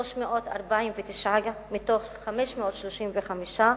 349 מתוך 535,